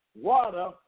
water